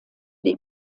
die